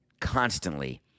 constantly